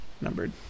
numbered